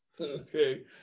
okay